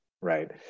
right